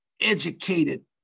educated